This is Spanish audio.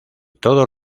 todos